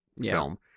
film